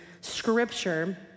Scripture